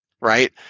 right